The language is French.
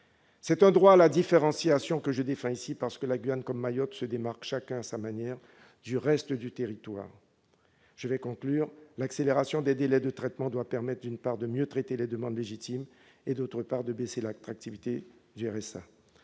C'est donc le droit à la différenciation que je défends ici, parce que la Guyane et Mayotte se démarquent, chacun à sa manière, du reste du territoire français. L'accélération des délais de traitement doit permettre, d'une part, de mieux traiter les demandes légitimes, et, d'autre part, de réduire l'attractivité de ces